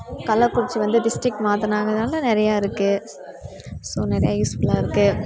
கள்ளக்குறிச்சி வந்து டிஸ்ட்ரிக் மாற்றுனாங்கன்னால நிறையா இருக்கு ஸோ நிறையா யூஸ் ஃபுல்லாக இருக்கு